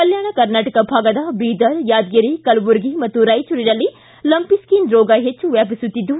ಕಲ್ಲಾಣ ಕರ್ನಾಟಕ ಭಾಗದ ಬೀದರ್ ಯಾದಗಿರಿ ಕಲಬುರಗಿ ಮತ್ತು ರಾಯಚೂರಿನಲ್ಲಿ ಲಂಪಿಸ್ಥಿನ್ ರೋಗ ಹೆಚ್ಚು ವ್ನಾಪಿಸುತ್ತಿದ್ದು